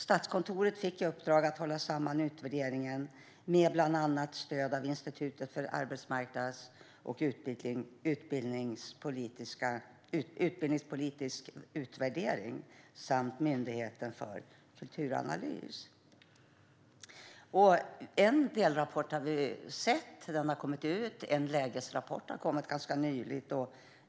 Statskontoret fick i uppdrag att hålla samman utvärderingen med stöd av bland annat Institutet för arbetsmarknads och utbildningspolitisk utvärdering samt Myndigheten för kulturanalys. En delrapport har vi sett komma ut, och en lägesrapport har kommit ganska nyligen.